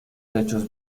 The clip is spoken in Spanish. techos